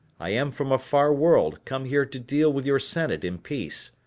i am from a far world, come here to deal with your senate in peace.